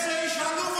זה עוכר ישראל.